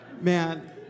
Man